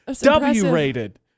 W-rated